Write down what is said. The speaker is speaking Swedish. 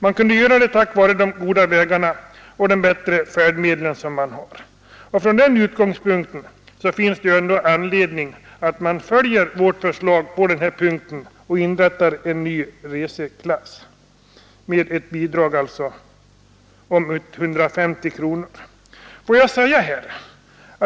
Det är möjligt tack vara de goda vägarna och de förbättrade färdmedlen. Från den utgångspunkten finns det anledning att följa vårt förslag att inrätta en ny reseklass med ett resebidrag på 150 kronor.